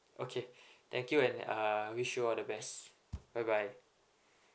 okay thank you and uh wish you all the best bye bye